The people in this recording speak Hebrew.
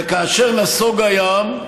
וכאשר נסוג הים,